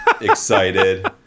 excited